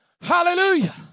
Hallelujah